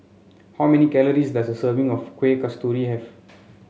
how many calories does a serving of Kueh Kasturi have